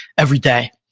every day.